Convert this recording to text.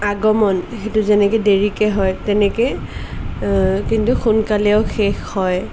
আগমন সেইটো যেনেকৈ দেৰিকৈ হয় তেনেকৈ কিন্তু সোনকালেও শেষ হয়